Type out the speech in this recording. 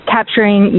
Capturing